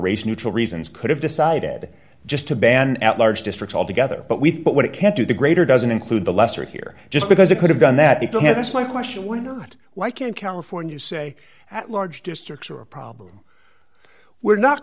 race neutral reasons could have decided just to ban at large districts altogether but we but what it can't do the greater doesn't include the lesser here just because it could have done that people have asked my question why not why can't california say at large districts are a problem we're not